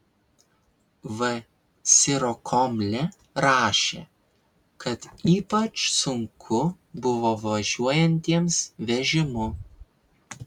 v sirokomlė rašė kad ypač sunku buvo važiuojantiems vežimu